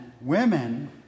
women